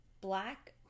black